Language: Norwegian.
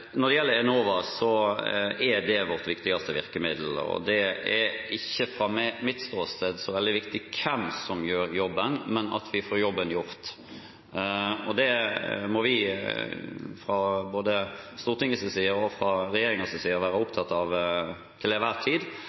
Når det gjelder Enova, er det vårt viktigste virkemiddel. Det er fra mitt ståsted ikke så veldig viktig hvem som gjør jobben, men at vi får jobben gjort. Det må vi – både fra Stortingets side og fra regjeringens side – til enhver tid være opptatt av når vi diskuterer ulike virkemidler. Da er jeg litt tilbake igjen til